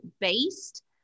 based